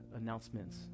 announcements